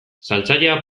saltzailea